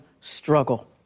struggle